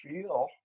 feel